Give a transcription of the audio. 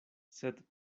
sed